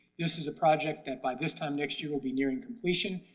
this is a project that by this time next year will be nearing completion.